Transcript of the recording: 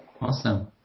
Awesome